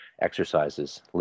exercises